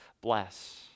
bless